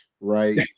right